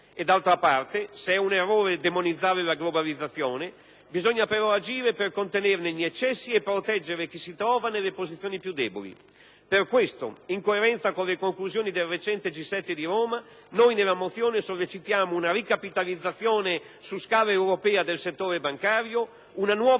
E d'altra parte, se è un errore demonizzare la globalizzazione, bisogna però agire per contenerne gli eccessi e proteggere chi si trova nelle posizioni più deboli. Per questo, in coerenza con le conclusioni del recente G7 di Roma, nella mozione sollecitiamo una ricapitalizzazione su scala europea del settore bancario, una nuova